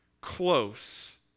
close